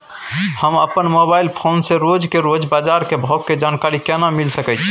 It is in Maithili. हम अपन मोबाइल फोन से रोज के रोज बाजार के भाव के जानकारी केना मिल सके छै?